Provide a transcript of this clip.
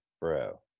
Bro